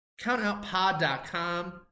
Countoutpod.com